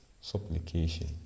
supplication